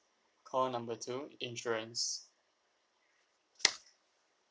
call number two insurance